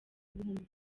ibihumbi